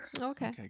Okay